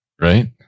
Right